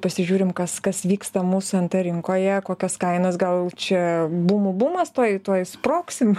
pasižiūrim kas kas vyksta mūsų nt rinkoje kokios kainos gal čia bumų bumas tuoj tuoj sprogsim